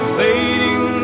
fading